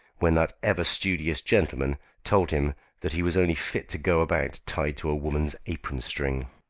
when that ever-studious gentleman told him that he was only fit to go about tied to a woman's apron-string.